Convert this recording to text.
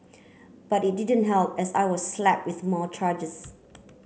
but it didn't help as I was slap with more charges